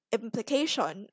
implication